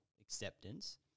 acceptance